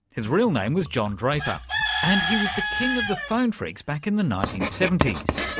his real name was john draper and he was the king of the phone phreaks back in the nineteen seventy s.